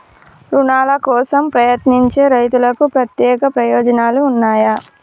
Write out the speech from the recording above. రుణాల కోసం ప్రయత్నించే రైతులకు ప్రత్యేక ప్రయోజనాలు ఉన్నయా?